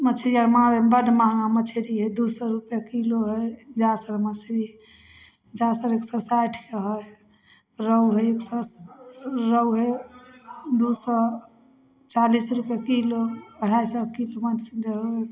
मछरी आओर मारैमे बड्ड महगा मछरी हइ दुइ सओ रुपैए किलो हइ जासर मछरी जासर एक सओ साठिके हइ रौह हइ एक सओ अस्स रौह हइ दुइ सओ चालिस रुपैए किलो अढ़ाइ सओके एगो मछरी रहै हइ